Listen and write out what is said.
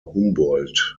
humboldt